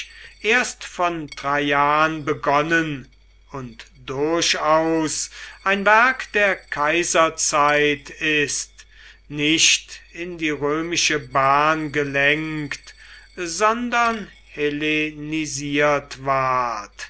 erst von traian begonnen und durchaus ein werk der kaiserzeit ist nicht in die römische bahn gelenkt sondern hellenisiert ward